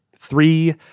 Three